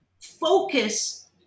focus